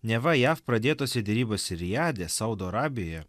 neva jav pradėtose derybose riade saudo arabija